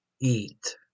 eat